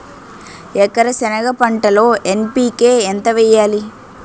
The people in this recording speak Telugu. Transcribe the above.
ఎకర సెనగ పంటలో ఎన్.పి.కె ఎంత వేయాలి?